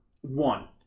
one